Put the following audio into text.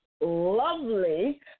lovely